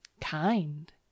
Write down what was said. Kind